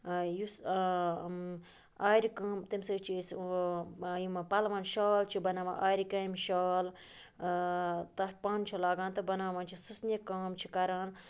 یُس آرِ کٲم تَمہِ سۭتۍ چھِ أسۍ یِمن پَلوَن شال چھِ بَناوان آرِ کامہِ شال تَتھ پَن چھِ لاگان تہٕ بَناوان چھِ سٕژنہِ کٲم چھِ کَران